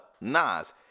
Nas